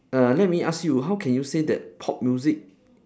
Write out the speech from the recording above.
err let me ask you how can you say that pop music